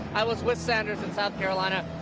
i was with sanders in south carolina.